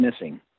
missing